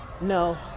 No